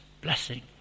blessing